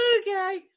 Okay